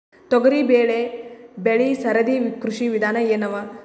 ತೊಗರಿಬೇಳೆ ಬೆಳಿ ಸರದಿ ಕೃಷಿ ವಿಧಾನ ಎನವ?